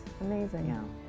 Amazing